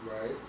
Right